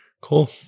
Cool